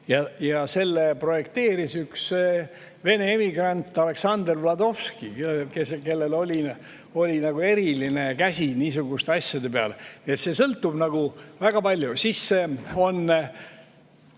ja selle projekteeris üks vene emigrant, Aleksandr Vladovski, kellel oli eriline käsi niisuguste asjade peale. Nii et see sõltub väga paljudest